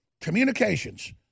communications